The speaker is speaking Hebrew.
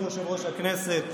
כבוד יושב-ראש הכנסת,